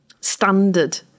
standard